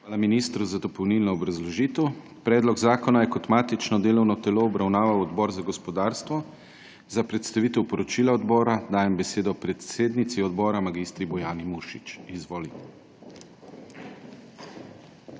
Hvala ministru za dopolnilno obrazložitev. Predlog zakona je kot matično delovno telo obravnaval Odbor za gospodarstvo. Za predstavitev poročila odbora dajem besedo predsednici odbora, mag. Bojani Muršič. Izvolite.